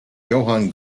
johann